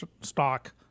stock